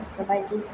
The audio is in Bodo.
गोसोबाइदि